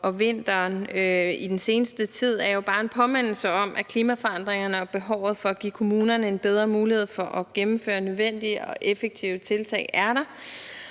og vinteren i den seneste tid, er jo bare en påmindelse om, at klimaforandringerne og behovet for at give kommunerne en bedre mulighed for at gennemføre nødvendige og effektive tiltag, er der.